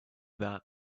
that